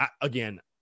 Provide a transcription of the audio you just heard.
Again